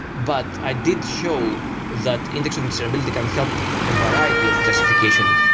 but i did show that indexing desirability can help a variety of classification